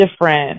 different